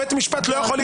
בית משפט לא יכול להתערב.